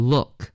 Look